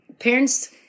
Parents